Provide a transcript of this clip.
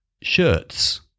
shirts